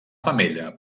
femella